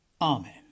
Amen